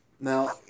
Now